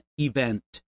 event